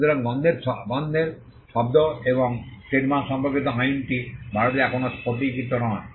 সুতরাং গন্ধের শব্দ এবং ট্রেডমার্ক সম্পর্কিত আইনটি ভারতে এখনও স্ফটিকিত নয়